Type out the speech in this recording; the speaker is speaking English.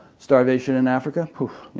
starvation in africa? poof,